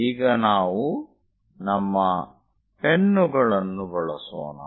ಈಗ ನಾವು ನಮ್ಮ ಪೆನ್ನುಗಳನ್ನು ಬಳಸೋಣ